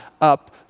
up